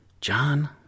John